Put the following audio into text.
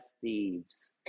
thieves